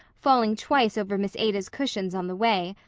falling twice over miss ada's cushions on the way,